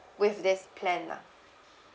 with this plan lah